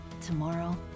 tomorrow